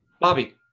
Bobby